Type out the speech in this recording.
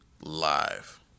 live